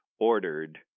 ordered